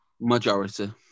Majority